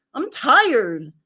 i'm tired,